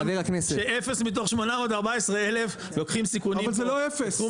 שאפס מתוך 814 אלף לוקחים סיכונים פה בתחום